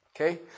Okay